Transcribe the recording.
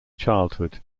childhood